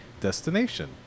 destination